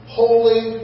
holy